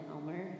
Elmer